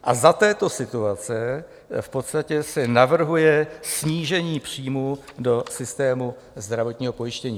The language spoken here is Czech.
A za této situace v podstatě se navrhuje snížení příjmů do systému zdravotního pojištění.